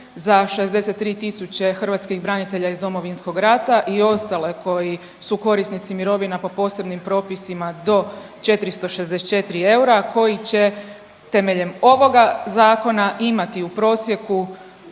za 63 tisuće hrvatskih branitelja iz Domovinskog rata i ostale koji su korisnici mirovina po posebnim propisima do 464 eura koji će temeljem ovoga zakona imati u prosjeku